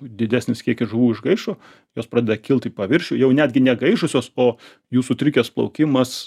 didesnis kiekis žuvų išgaišo jos pradeda kilt į paviršių jau netgi negaišusios o jų sutrikęs plaukimas